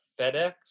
FedEx